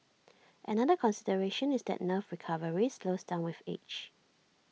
another consideration is that nerve recovery slows down with age